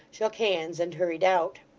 shook hands, and hurried out.